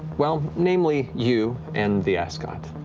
well, namely you and the ascot.